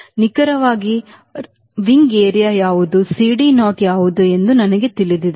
ನಿಖರವಾಗಿ ರೆಕ್ಕೆ ಪ್ರದೇಶ ಯಾವುದು CD naught ಯಾವುದು ಎಂದು ನನಗೆ ತಿಳಿಧಿದೆ